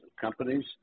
companies